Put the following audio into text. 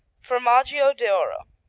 formaggio d'oro